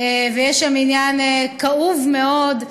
ויש שם עניין כאוב מאוד,